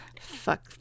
fuck